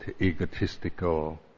egotistical